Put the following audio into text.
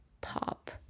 pop